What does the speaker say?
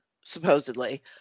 supposedly